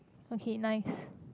okay nice